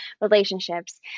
relationships